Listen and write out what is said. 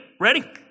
Ready